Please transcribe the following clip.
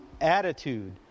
attitude